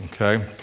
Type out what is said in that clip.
Okay